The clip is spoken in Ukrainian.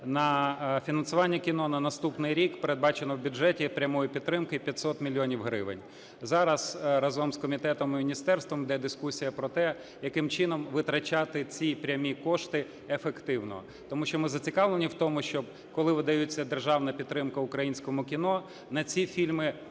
на фінансування кіно на наступний рік передбачено в бюджеті прямої підтримки 500 мільйонів гривень. Зараз разом з комітетом і міністерством іде дискусія про те, яким чином витрачати ці прямі кошти ефективно. Тому що ми зацікавлені в тому, щоб, коли видається державна підтримка українському кіно, на ці фільми ходили